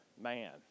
man